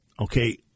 Okay